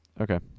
Okay